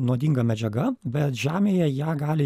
nuodinga medžiaga bet žemėje ją gali